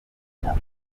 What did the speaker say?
per